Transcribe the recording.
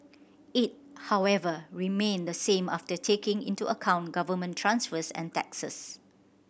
it however remained the same after taking into account government transfers and taxes